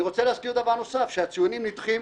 אני רוצה להזכיר דבר נוסף, שהציונים נדחים